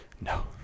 No